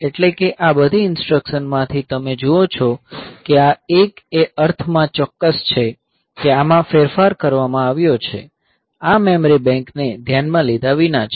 એટલે આ બધી ઇન્સટ્રકસન માંથી તમે જુઓ છો કે આ એક એ અર્થમાં ચોક્કસ છે કે આમાં ફેરફાર કરવામાં આવ્યો છે આ મેમરી બેંકો ને ધ્યાનમાં લીધા વિના છે